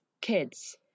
kids